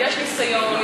יש ניסיון,